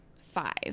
five